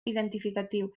identificatiu